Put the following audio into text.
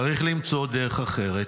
צריך למצוא דרך אחרת.